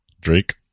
Drake